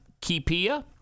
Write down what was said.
Kipia